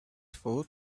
food